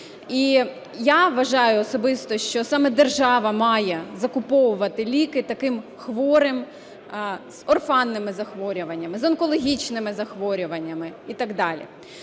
І я вважаю особисто, що саме держава має закуповувати ліки таким хворим з орфанними захворюваннями, з онкологічними захворюваннями і так далі.